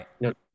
right